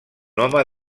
home